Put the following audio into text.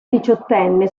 diciottenne